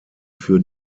für